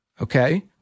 Okay